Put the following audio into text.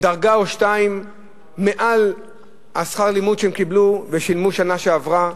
דרגה או שתיים מעל שכר הלימוד שהם קיבלו ושילמו בשנה שעברה.